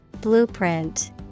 Blueprint